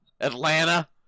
Atlanta